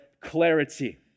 clarity